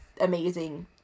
amazing